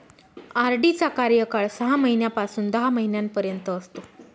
RD चा कार्यकाळ सहा महिन्यापासून दहा महिन्यांपर्यंत असतो